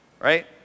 right